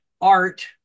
art